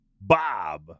Bob